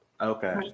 Okay